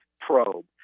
probe